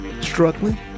struggling